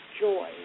joy